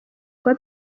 kuba